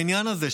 העניין הזה,